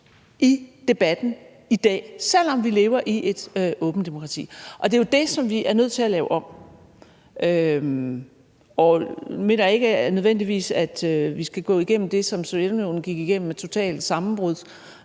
i debatten i dag, selv om vi lever i et åbent demokrati. Det er jo det, som vi er nødt til at lave om. Jeg mener ikke, at vi nødvendigvis skal gå igennem det, som Sovjetunionen gik igennem med totalt sammenbrud